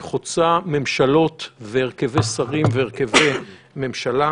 היא חוצה ממשלות והרכבי שרים והרכבי ממשלה.